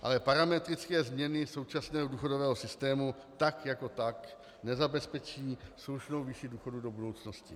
Ale parametrické změny současného důchodového systému tak jako tak nezabezpečí slušnou výši důchodů do budoucnosti.